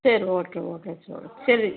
சரி okay okay சரி சரி